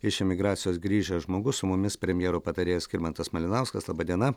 iš emigracijos grįžęs žmogus su mumis premjero patarėjas skirmantas malinauskas laba diena